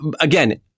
again